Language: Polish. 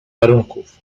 warunków